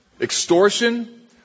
extortion